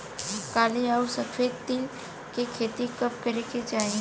काली अउर सफेद तिल के खेती कब करे के चाही?